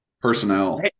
personnel